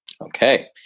Okay